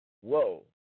whoa